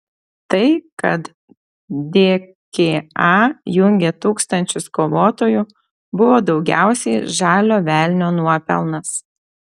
tai kad dka jungė tūkstančius kovotojų buvo daugiausiai žalio velnio nuopelnas